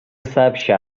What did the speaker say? сообща